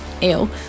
ew